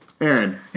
Aaron